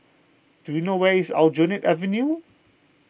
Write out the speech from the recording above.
do you know where is Aljunied Avenue